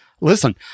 Listen